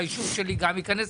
והיישוב שלי גם ייכנס.